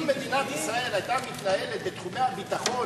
אם מדינת ישראל היתה מתנהלת בתחומי הביטחון